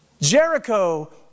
Jericho